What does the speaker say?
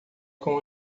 com